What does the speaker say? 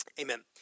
amen